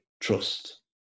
trust